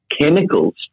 chemicals